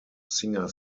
singer